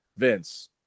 Vince